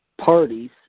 parties